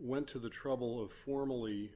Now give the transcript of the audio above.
went to the trouble of formally